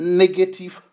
negative